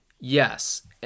yes